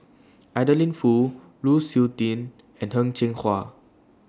Adeline Foo Lu Suitin and Heng Cheng Hwa